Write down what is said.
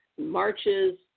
marches